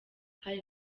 hari